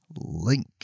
link